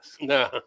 No